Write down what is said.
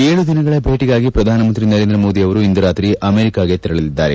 ಏಳು ದಿನಗಳ ಭೇಟಿಗಾಗಿ ಪ್ರಧಾನಮಂತ್ರಿ ನರೇಂದ್ರ ಮೋದಿ ಅವರು ಇಂದು ರಾತ್ರಿ ಅಮೆರಿಕಾಕ್ಕೆ ತೆರಳಲಿದ್ದಾರೆ